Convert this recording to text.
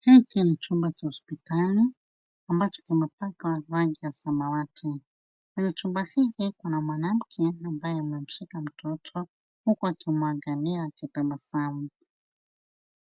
Hiki ni chumba cha hospitali ambacho kimepakwa rangi ya samawati. kwenye chumba hiki kuna mwanamke ambaye amemshika mtoto huku akimwangalia akitabasamu.